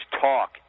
talk